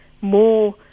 more